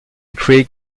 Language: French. creek